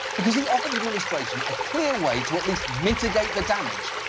because he offered the administration a clear way to at least mitigate the damage,